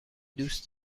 دوست